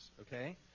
okay